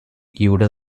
lliure